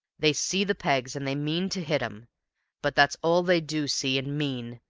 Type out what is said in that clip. they see the pegs, and they mean to hit em but that's all they do see and mean,